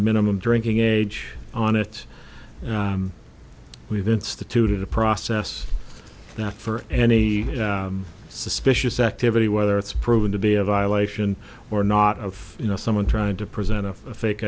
minimum drinking age on it we've instituted a process that for any suspicious activity whether it's proven to be a violation or not of you know someone trying to present a fake